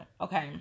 okay